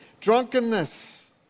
drunkenness